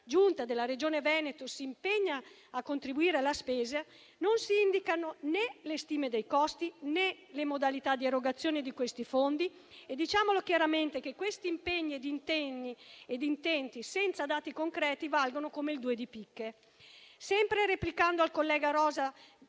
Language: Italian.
giunta della Regione Veneto si impegna a contribuire alla spesa non si indicano né le stime dei costi né le modalità di erogazione di questi fondi. Diciamo chiaramente che questi impegni e intenti, senza dati concreti, valgono come il due di picche. Il collega Rosa,